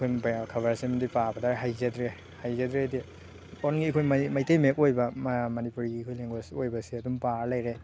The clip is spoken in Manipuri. ꯑꯗꯨꯝꯕ ꯈꯕꯔꯁꯤꯝꯗꯤ ꯄꯥꯕꯗ ꯍꯩꯖꯗ꯭ꯔꯦ ꯍꯩꯖꯗ꯭ꯔꯦꯗꯤ ꯑꯣꯟꯂꯤ ꯑꯩꯈꯣꯏ ꯃꯩꯇꯩ ꯃꯌꯦꯛ ꯑꯣꯏꯕ ꯃꯅꯤꯄꯨꯔꯤꯒꯤ ꯑꯩꯈꯣꯏ ꯂꯦꯡꯒꯨꯋꯦꯖ ꯑꯣꯏꯕꯁꯦ ꯑꯗꯨꯝ ꯄꯥꯔ ꯂꯩꯔꯦ